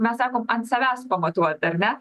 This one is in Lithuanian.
mes sakom ant savęs pamatuot ar ne